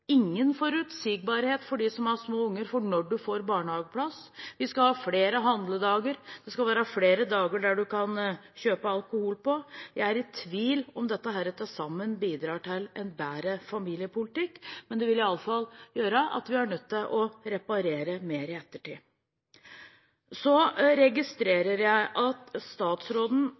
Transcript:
ingen forutsigbarhet for når de som har små unger, får barnehageplass. Vi skal ha flere handledager. Det skal være flere dager der man kan kjøpe alkohol. Jeg er i tvil om dette til sammen bidrar til en bedre familiepolitikk. Men det vil i alle fall gjøre at vi er nødt til å reparere mer i ettertid. Så registrerer jeg at statsråden